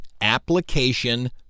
application